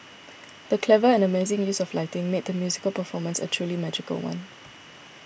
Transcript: the clever and amazing use of lighting made the musical performance a truly magical one